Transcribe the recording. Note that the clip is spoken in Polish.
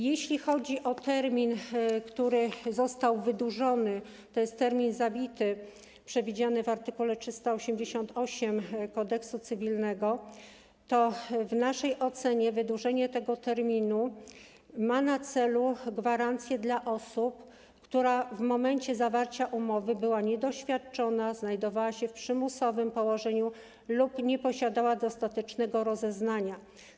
Jeśli chodzi o termin, który został wydłużony - to jest termin zawity, przewidziany w art. 388 Kodeksu cywilnego - to w naszej ocenie wydłużenie tego terminu ma na celu danie gwarancji osobie, która w momencie zawarcia umowy była niedoświadczona, znajdowała się w przymusowym położeniu lub nie posiadała dostatecznego rozeznania.